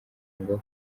ngo